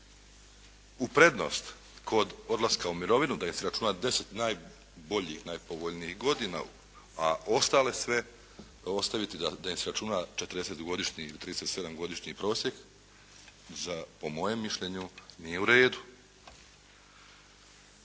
u prednost kod odlaska u mirovinu da im se računa 10 najboljih, najpovoljnijih godina, a ostale sve ostaviti da im se računa 40-godišnji ili 37-godišnji prosjek za po mojem mišljenju nije u redu.